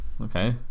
okay